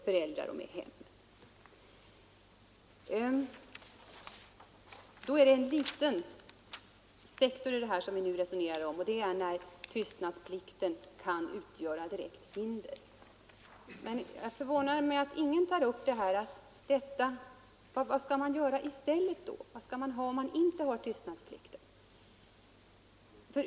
Vi resonerar nu om en liten sektor av denna kontaktverksamhet, där tystnadsplikten kan utgöra ett hinder. Det förvånar mig att ingen tar upp vad man skall ha i stället, om tystnadsplikt undanröjdes.